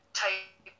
type